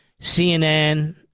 CNN